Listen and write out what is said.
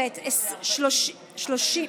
בעד.